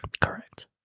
Correct